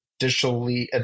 digitally